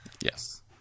Yes